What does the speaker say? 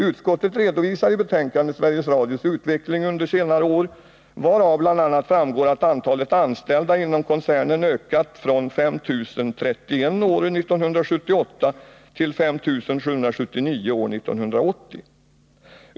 Utskottet redovisar i betänkandet Sveriges Radios utveckling under senare år, varav bl.a. framgår att antalet anställda inom koncernen ökat från 5 031 år 1978 till 5 779 år 1980.